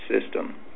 system